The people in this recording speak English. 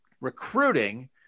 recruiting